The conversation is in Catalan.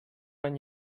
any